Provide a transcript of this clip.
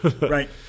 Right